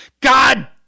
God